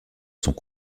sont